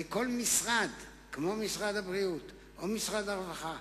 וכל משרד כמו משרד הבריאות או משרד הרווחה,